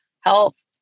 health